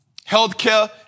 Healthcare